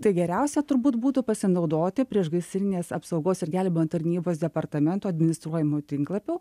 tai geriausia turbūt būtų pasinaudoti priešgaisrinės apsaugos ir gelbėjimo tarnybos departamento administruojamu tinklapiu